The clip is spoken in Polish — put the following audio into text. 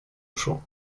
uszu